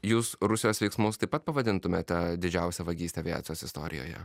jūs rusijos veiksmus taip pat pavadintumėte didžiausia vagyste aviacijos istorijoje